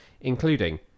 including